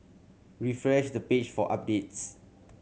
refresh the page for updates